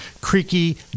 Creaky